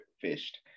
fished